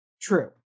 true